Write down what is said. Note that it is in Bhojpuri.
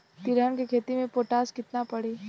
तिलहन के खेती मे पोटास कितना पड़ी?